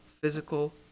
physical